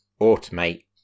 automate